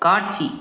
காட்சி